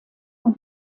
und